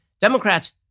Democrats